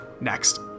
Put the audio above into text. Next